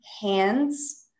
hands